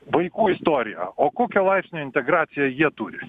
vaikų istorija o kokio laipsnio integraciją jie turi